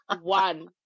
One